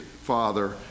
Father